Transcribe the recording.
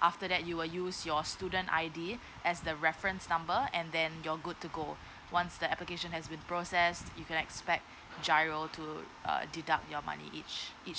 after that you will use your student I_D as the reference number and then you're good to go once the application has been process you can expect GIRO to err deduct your money each each